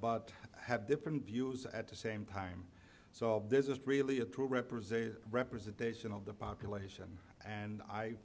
but have different views at the same time so this is really a true representative representation of the population and i